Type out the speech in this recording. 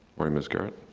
morning miss garret.